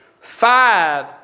five